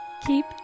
Keep